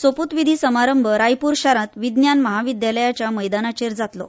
सोपुतविधी समारंभ रायपुर हांगा विज्ञान महाविद्यालयाच्या मैदानाचेर जातलो